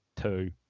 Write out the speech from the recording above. two